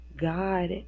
God